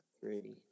three